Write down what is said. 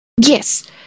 Yes